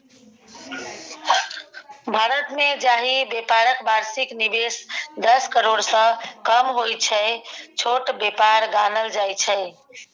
भारतमे जाहि बेपारक बार्षिक निबेश दस करोड़सँ कम होइ छै छोट बेपार गानल जाइ छै